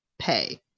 pay